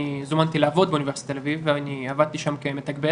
זומנתי לעבוד באוניברסיטת תל אביב ואני עבדתי שם כמתגבר